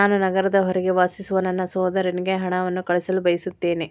ನಾನು ನಗರದ ಹೊರಗೆ ವಾಸಿಸುವ ನನ್ನ ಸಹೋದರನಿಗೆ ಹಣವನ್ನು ಕಳುಹಿಸಲು ಬಯಸುತ್ತೇನೆ